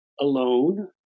alone